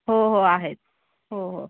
हो हो आहेत हो हो